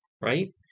right